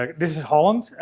like this is holland.